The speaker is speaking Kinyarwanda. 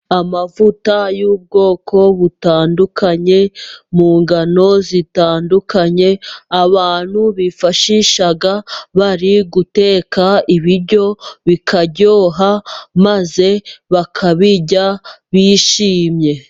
Amavuta y'ubwoko butandukanye, mu ngano zitandukanye, abantu bifashishaga bari guteka, ibiryo bikaryoha, maze bakabirya bishimye.